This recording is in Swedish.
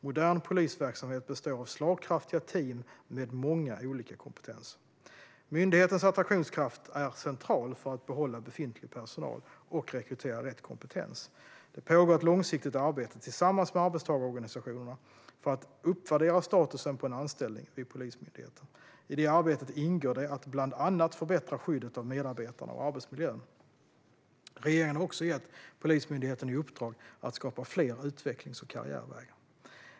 Modern polisverksamhet består av slagkraftiga team med många olika kompetenser. Myndighetens attraktionskraft är central för att behålla befintlig personal och rekrytera rätt kompetens. Det pågår ett långsiktigt arbete tillsammans med arbetstagarorganisationerna för att uppvärdera statusen på en anställning vid Polismyndigheten. I det arbetet ingår att bland annat förbättra skyddet av medarbetarna och arbetsmiljön. Regeringen har också gett Polismyndigheten i uppdrag att skapa fler utvecklings och karriärvägar.